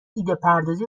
ایدهپردازی